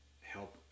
help